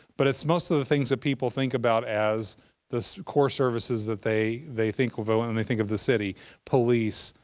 but it's most of the things that people think about as the core services that they they think of when and they think of the city police,